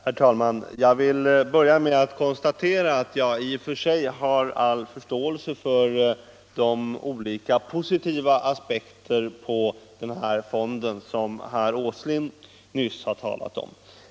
Herr talman! Jag vill börja med att säga att jag i och för sig har all förståelse för de olika positiva aspekter på fonden som herr Åsling nyss har talat om.